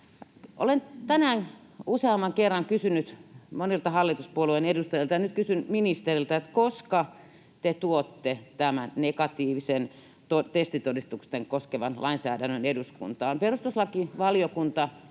Olen useamman kerran kysynyt monilta hallituspuolueiden edustajilta ja nyt kysyn ministeriltä: koska te tuotte negatiivista testitodistusta koskevan lainsäädännön eduskuntaan? Perustuslakivaliokunta